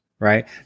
right